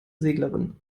seglerin